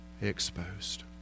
exposed